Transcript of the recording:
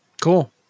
cool